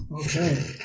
Okay